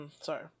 Sorry